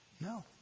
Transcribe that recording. No